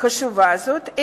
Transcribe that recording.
חשובה זאת,